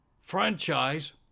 Franchise